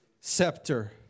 scepter